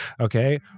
okay